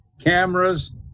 cameras